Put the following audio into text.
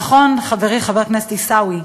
נכון, חברי חבר הכנסת עיסאווי,